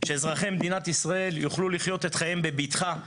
שאזרחי מדינת ישראל יוכלו לחיות את חייהם בבטחה,